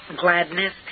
gladness